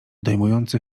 dojmujący